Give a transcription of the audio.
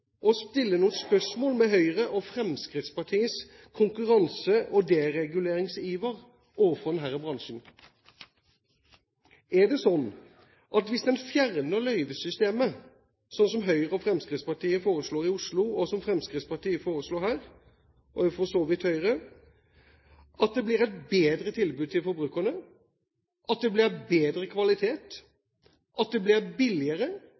å stille noen spørsmål ved Høyres og Fremskrittspartiets konkurranse- og dereguleringsiver overfor denne bransjen. Er det slik at hvis en fjerner løyvesystemet – slik Høyre og Fremskrittspartiet foreslår i Oslo, og som Fremskrittspartiet og for så vidt også Høyre foreslår her – blir det et bedre tilbud til forbrukerne, det blir bedre kvalitet, det blir billigere,